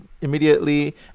immediately